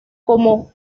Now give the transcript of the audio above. como